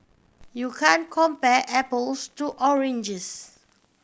you can compare apples to oranges